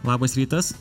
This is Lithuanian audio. labas rytas